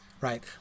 right